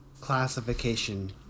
classification